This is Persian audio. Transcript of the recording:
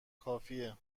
کافیه